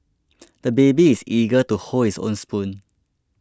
the baby is eager to hold his own spoon